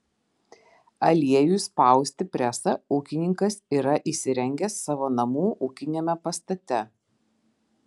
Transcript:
aliejui spausti presą ūkininkas yra įsirengęs savo namų ūkiniame pastate